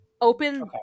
open